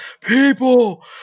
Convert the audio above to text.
People